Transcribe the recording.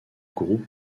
groupe